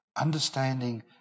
understanding